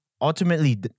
ultimately